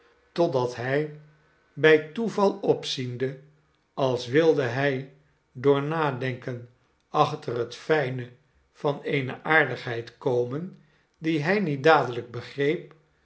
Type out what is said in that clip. totdat hij bij toeval opziende als wilde hij door nadenken achter het fijne van eene aardigheid komen die hij niet dadelijk begreep